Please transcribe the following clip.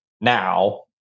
now